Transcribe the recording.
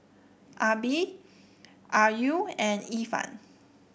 Nabil Ayu and Irfan